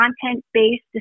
content-based